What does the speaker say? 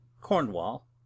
Cornwall